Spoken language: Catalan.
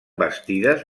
bastides